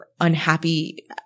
unhappy